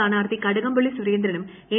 സ്ഥാനാർത്ഥി കടകംപള്ളി സുരേന്ദ്രനും എൻ